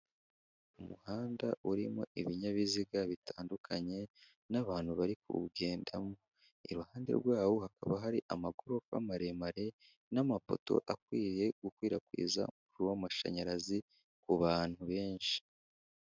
Umuhanda urimo ibinyabiziga bitandukanye, n'abantu bari kuwugendamo. Iruhande rwawo hakaba hari amagorofa maremare, n'amapoto akwiye gukwirakwiza umuriro w'amashanyarazi ku bantu benshi.